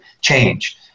change